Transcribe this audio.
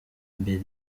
mbere